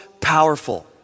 powerful